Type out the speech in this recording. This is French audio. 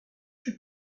fut